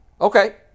Okay